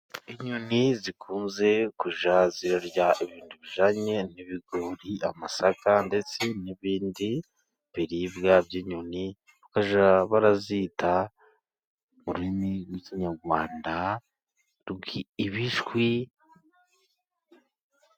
Inyoni zikunze kujya zirarya ibintu bijyanye ,n'ibigori, amasaka, ndetse n'ibindi biribwa by'inyoni. Mu rurimi rw'i Kinyarwanda bazita ibishwi.